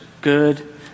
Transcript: good